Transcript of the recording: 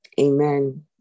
Amen